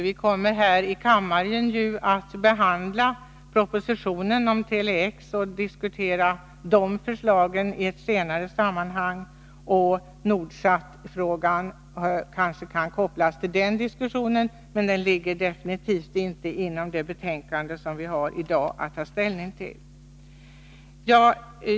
Vi kommer ju här i kammaren att behandla propositionen om Tele-X och diskutera de förslagen i ett senare sammanhang. Nordsat-frågan kanske kan kopplas till den diskussionen, men den frågan ligger definitivt inte inom ramen för det betänkande som vi i dag har att ta ställning till.